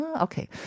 Okay